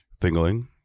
thingling